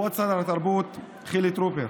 כבוד שר התרבות חילי טרופר,